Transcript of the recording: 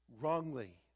wrongly